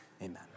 Amen